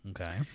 Okay